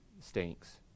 stinks